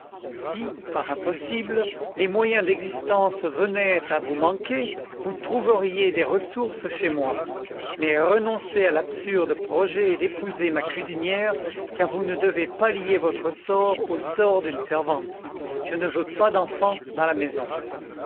si par impossible les moyens d'existence venaient à vous manquer vous trouveriez des ressources chez moi mais renoncez à l'absurde projet d'épouser ma cuisinière car vous ne devez pas lier votre sort au sort d'une servante et je ne veux pas d'enfants dans la maison